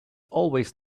always